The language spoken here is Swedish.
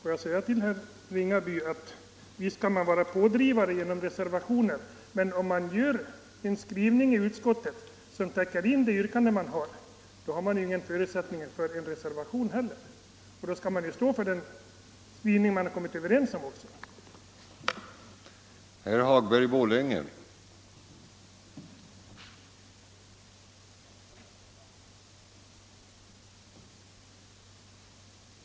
Herr talman! Visst kan man vara pådrivande genom reservationer, men om utskottets skrivning täcker in det yrkande man har, finns det ingen förutsättning för en reservation. Då skall man stå för den skrivning som = Nr 134 man har kommit överens om i utskottet. Onsdagen den 4 december 1974